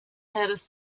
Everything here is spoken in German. heeres